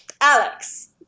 Alex